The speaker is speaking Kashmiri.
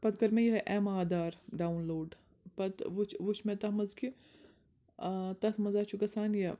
پتہٕ کٔر مےٚ یِہٲے ایٚم آدھار ڈاوُن لوڈ پتہٕ وُچھ وُچھ مےٚ تتھ منٛز کہِ ٲں تتھ منٛز حظ چھُ گَژھان یہِ